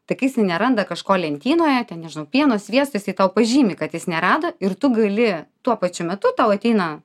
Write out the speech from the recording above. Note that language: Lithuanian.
tai kai jisai neranda kažko lentynoje ten nežinau pieno sviesto jisai tau pažymi kad jis nerado ir tu gali tuo pačiu metu tau ateina